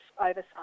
oversight